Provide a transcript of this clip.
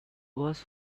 was